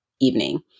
evening